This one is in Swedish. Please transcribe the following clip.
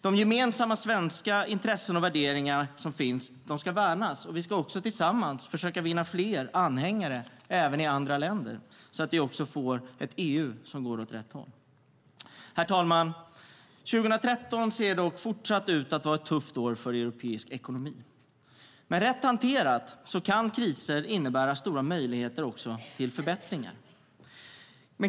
De gemensamma svenska intressena och värderingarna ska värnas, och vi ska tillsammans försöka vinna anhängare även i andra länder så att vi får ett EU som går åt rätt håll. Herr talman! År 2013 ser fortsatt ut att bli ett tufft år för europeisk ekonomi. Men rätt hanterade kan kriser innebära stora möjligheter till förbättringar.